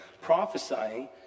Prophesying